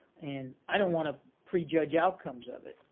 and i don't want to prejudge outcomes of it,